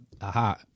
aha